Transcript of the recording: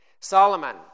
Solomon